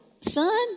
son